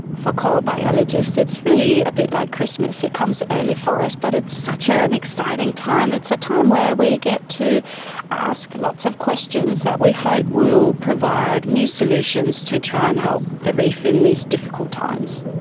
for coral biologists it's really a bit like christmas, it comes early for us but it's such ah an exciting time. it's a time where we get to ask lots of questions that we hope will provide new solutions to try and help the reef in these difficult times.